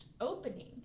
opening